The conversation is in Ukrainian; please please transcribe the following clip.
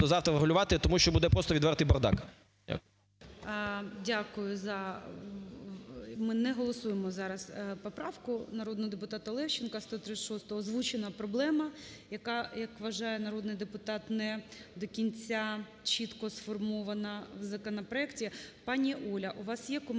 завтра врегулювати тому що буде просто відвертий бардак. Дякую. ГОЛОВУЮЧИЙ. Дякую за… ми не голосуємо зараз поправку народного депутата Левченка, 136-у. Озвучена проблема, яка, як вважає народний депутат, не до кінця чітко сформована в законопроекті. Пані Оля, у вас є коментар